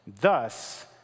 thus